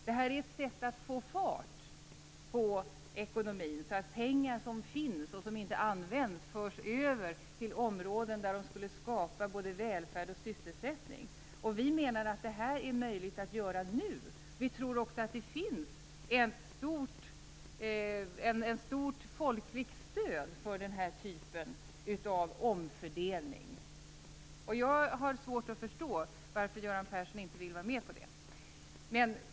Det är ett sätt att få fart på ekonomin så att pengar som finns men inte används förs över till områden där de skulle skapa både välfärd och sysselsättning. Vi menar att det är möjligt att göra nu. Vi tror också att det finns ett stort folkligt stöd för den här typen av omfördelning. Jag har svårt att förstå varför Göran Persson inte vill vara med på det.